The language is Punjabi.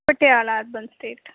Patiala urban state